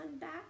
back